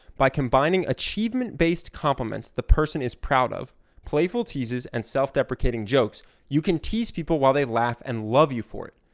by combining achievement-based compliments the person is proud of playful teases and self-deprecating jokes you can tease people while they laugh and love you for it.